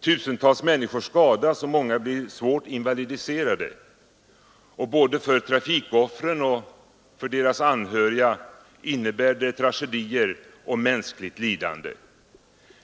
Tusentals människor skadas och många blir svårt invalidiserade; både för trafikoffren och för deras anhöriga innebär det tragedier och mänskligt lidande.